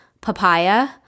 papaya